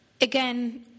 again